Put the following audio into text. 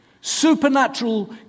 supernatural